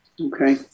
Okay